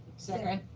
second.